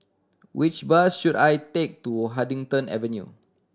which bus should I take to Huddington Avenue